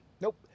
Nope